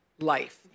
life